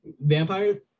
vampire